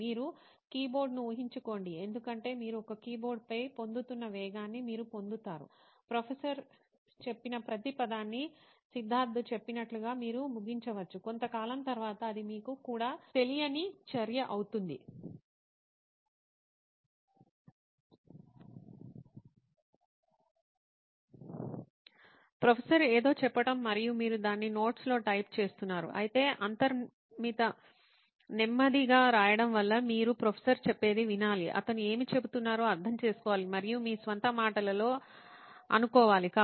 మీరు కీబోర్డ్ ను ఊహించుకోండి ఎందుకంటే మీరు ఒక కీబోర్డుపై పొందుతున్న వేగాన్ని మీరు పొందుతారు ప్రొఫెసర్ చెప్పిన ప్రతి పదాన్ని సిద్ధార్థ్ చెప్పినట్లుగా మీరు ముగించవచ్చు కొంతకాలం తర్వాత అది మీకు కూడా తెలియని చర్య అవుతుంది ప్రొఫెసర్ ఏదో చెప్పడం మరియు మీరు దాన్ని నోట్స్ లో టైప్ చేస్తున్నారు అయితే అంతర్నిర్మిత నెమ్మదిగా రాయడం వల్ల మీరు ప్రొఫెసర్ చెప్పేది వినాలి అతను ఏమి చెబుతున్నారో అర్థం చేసుకోవాలి మరియు మీ స్వంత మాటలలో అనుకోవాలి